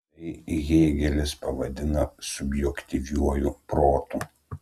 tai hėgelis pavadina subjektyviuoju protu